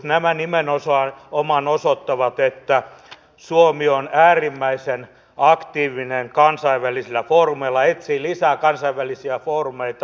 nämä nimenomaan osoittavat että suomi on äärimmäisen aktiivinen kansainvälisillä foorumeilla etsii lisää kansainvälisiä foorumeita